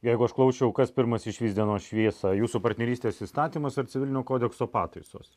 jeigu aš klausčiau kas pirmas išvys dienos šviesą jūsų partnerystės įstatymas ar civilinio kodekso pataisos